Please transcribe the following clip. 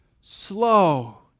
slow